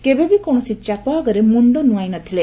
କେବେ ବି କୌଣସି ଚାପ ଆଗରେ ମୁଣ୍ଡ ନ୍ରଆଇଁ ନ ଥିଲେ